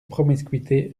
promiscuité